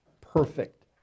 perfect